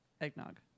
eggnog